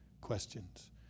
questions